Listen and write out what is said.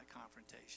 confrontation